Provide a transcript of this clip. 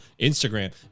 Instagram